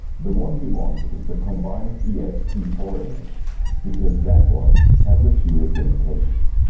the one we want is the combined e x t four image because that one has the fewest limitations.